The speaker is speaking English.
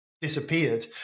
disappeared